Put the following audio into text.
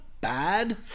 bad